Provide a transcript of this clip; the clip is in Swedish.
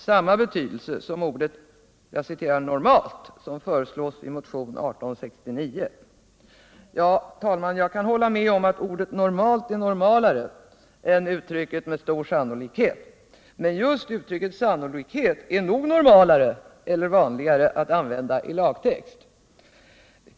samma betydelse som ordet ”normalt”, som föreslås i motionen 1869? Jag kan hålla med om att ordet ”normalt” är normalare än uttrycket ”med stor sannolikhet”. men just uttrycket ”med stor sannolikhet” är nog normalare eller vanligare att använda i lagtext!